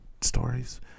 stories